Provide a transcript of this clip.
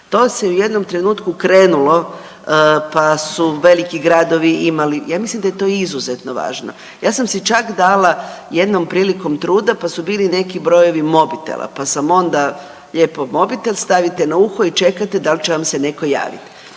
To se u jednom trenutku krenulo pa su veliki gradovi imali, ja mislim da je to izuzetno važno. Ja sam si čak dala jednom prilikom truda pa su bili neki brojevi mobitela pa sam onda lijepo mobitel, stavite na uho i čekate dal će vam se netko javiti.